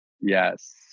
Yes